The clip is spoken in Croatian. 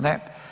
Ne.